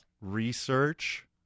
research